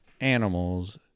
animals